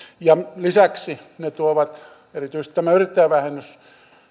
ja lisäksi ne tuovat erityisesti tämä yrittäjävähennys